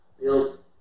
built